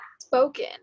Spoken